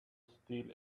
still